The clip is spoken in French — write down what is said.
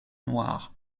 noirs